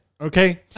Okay